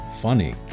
funny